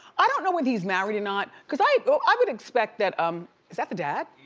i don't know whether he's married or not, because i i would expect that um is that the dad?